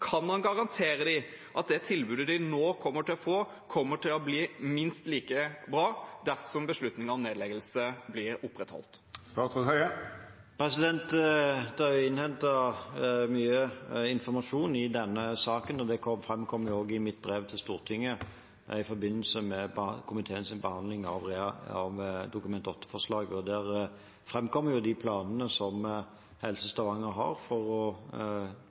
Kan han garantere dem at det tilbudet de nå kommer til å få, kommer til å bli minst like bra dersom beslutning om nedleggelse blir opprettholdt? Det er jo innhentet mye informasjon i denne saken, og det framkommer også i mitt brev til Stortinget i forbindelse med komiteens behandling av Dokument 8-forslaget. Der framkommer de planene som Helse Stavanger har for å